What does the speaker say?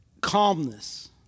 Calmness